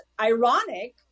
ironic